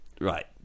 right